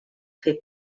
fer